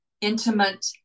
intimate